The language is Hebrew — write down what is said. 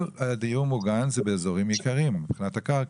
כל הדיור מוגן נמצא באזורים יקרים, מבחינת הקרקע.